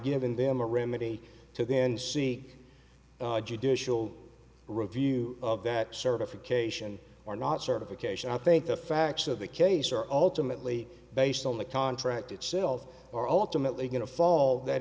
giving them a remedy to then seek judicial review of that certification or not certification i think the facts of the case or alternately based on the contract itself are ultimately going to fall that